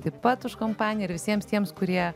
taip pat už kompaniją ir visiems tiems kurie